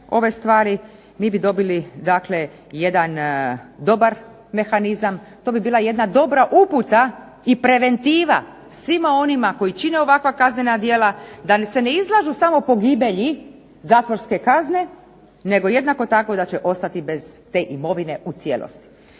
ove stvari. Mi bi dobili dakle jedan dobar mehanizam. To bi bila jedna dobra uputa i preventiva svima onima koji čine ovakva kaznena djela da se ne izlažu samo pogibelji zatvorske kazne, nego jednako tako da će ostati bez te imovine u cijelosti.